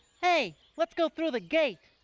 hey, let's go through the gate!